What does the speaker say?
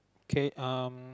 okay um